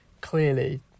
clearly